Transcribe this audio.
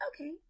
okay